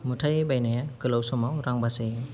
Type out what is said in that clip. मुथायै बायनाया गोलाव समाव रां बासायो